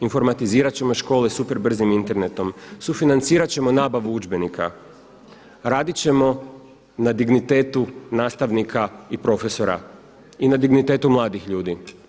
Informatizirat ćemo škole super brzim internetom, sufinancirat ćemo nabavu udžbenika, radit ćemo na dignitetu nastavnika i profesora i na dignitetu mladih ljudi.